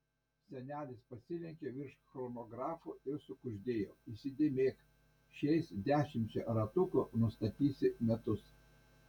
senelis pasilenkė virš chronografo ir sukuždėjo įsidėmėk šiais dešimčia ratukų nustatysi metus